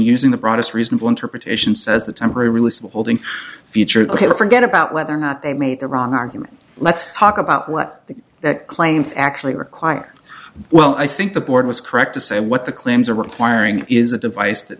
using the broadest reasonable interpretation says the temporary release of holding future ok to forget about whether or not they made the wrong argument let's talk about what the that claims actually require well i think the board was correct to say what the claims are requiring is a device that